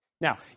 Now